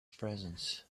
presence